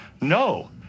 no